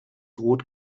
rot